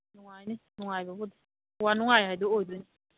ꯅꯨꯡꯉꯥꯏꯅꯤ ꯅꯨꯡꯉꯥꯏꯕꯕꯨꯗꯤ ꯋꯥꯅꯨꯡꯉꯥꯏ ꯍꯥꯗꯣ ꯑꯣꯏꯗꯣꯏꯅꯤ